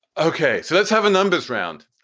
ok. so let's have a numbers round.